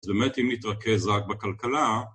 באמת אם נתרכז רק בכלכלה